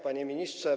Panie Ministrze!